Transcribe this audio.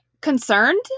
concerned